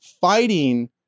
fighting